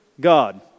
God